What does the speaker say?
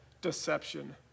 deception